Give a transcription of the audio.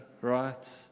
right